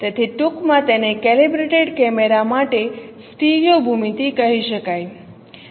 તેથી ટૂંકમાં તેને કેલિબ્રેટેડ કેમેરા માટે સ્ટીરિયો ભૂમિતિ કહી શકાય